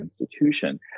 institution